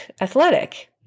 athletic